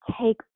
take